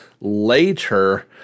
later